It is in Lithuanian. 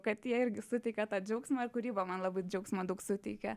kad jie irgi suteikia džiaugsmą ir kūryba man labai džiaugsmo daug suteikia